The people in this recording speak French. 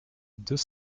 deux